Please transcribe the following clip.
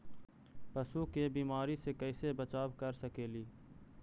पशु के बीमारी से कैसे बचाब कर सेकेली?